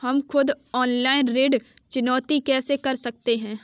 हम खुद ऑनलाइन ऋण चुकौती कैसे कर सकते हैं?